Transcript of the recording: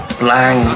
blank